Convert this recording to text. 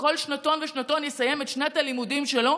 שכל שנתון ושנתון יסיים את שנת הלימודים שלו,